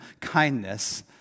kindness